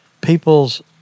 people's